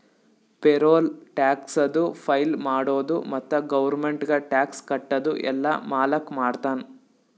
payroll ಟ್ಯಾಕ್ಸದು file ಮಾಡದು ಮತ್ತ ಗೌರ್ಮೆಂಟ್ಗ ಟ್ಯಾಕ್ಸ್ ಕಟ್ಟದು ಎಲ್ಲಾ ಮಾಲಕ್ ಮಾಡ್ತಾನ್